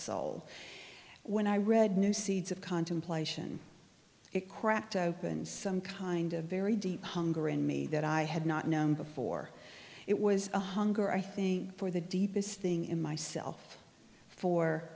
soul when i read new seeds of contemplation it cracked open some kind of very deep hunger in me that i had not known before it was a hunger i think for the deepest thing in myself for